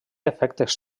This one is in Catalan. efectes